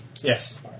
Yes